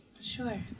Sure